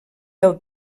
del